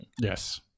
Yes